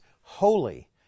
holy